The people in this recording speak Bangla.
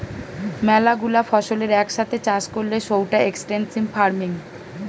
ম্যালা গুলা ফসলের এক সাথে চাষ করলে সৌটা এক্সটেন্সিভ ফার্মিং